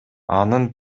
анын